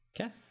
okay